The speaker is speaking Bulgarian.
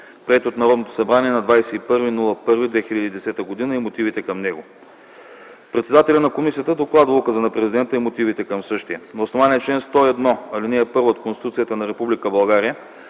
приет от Народното събрание на 21 януари 2010 г., и мотивите към него. Председателят на комисията докладва указа на президента и мотивите към него. На основание чл. 101, ал. 1 от Конституцията на